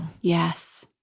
Yes